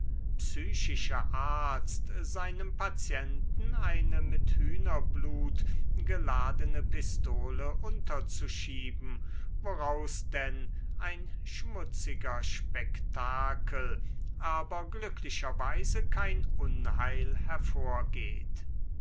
psychische arzt seinem patienten eine mit hühnerblut geladene pistole unterzuschieben woraus denn ein schmutziger spektakel aber glücklicherweise kein unheil hervorgeht